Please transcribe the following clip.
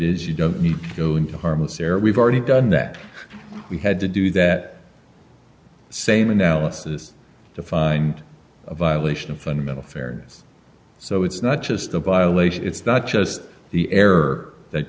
is you don't need to go into harmless error we've already done that we had to do that same analysis to find a violation of fundamental fairness so it's not just a violation it's not just the error that